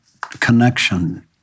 connection